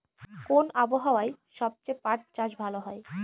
কোন আবহাওয়ায় সবচেয়ে পাট চাষ ভালো হয়?